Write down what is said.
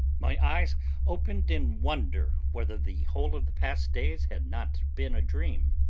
my eyes opened in wonder whether the whole of the past days had not been a dream.